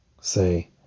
Say